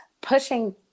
pushing